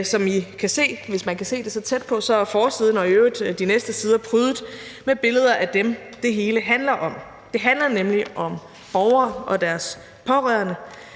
og som I kan se, hvis man kan se det så tæt på [ministeren viser kataloget], er forsiden og i øvrigt de næste sider prydet med billeder af dem, det hele handler om. Det handler nemlig om borgere og deres pårørende,